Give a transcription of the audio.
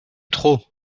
trop